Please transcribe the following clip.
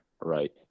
right